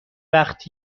وقت